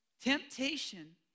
Temptation